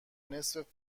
نصف